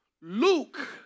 Luke